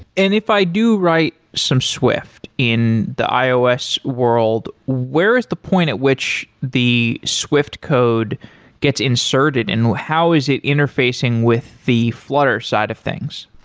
and if i do write some swift in the ios world, where is the point at which the swift code gets inserted and how is it interfacing with the flutter side of things?